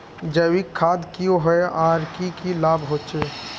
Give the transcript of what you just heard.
जैविक खाद की होय आर की की लाभ होचे?